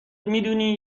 میدونی